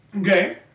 Okay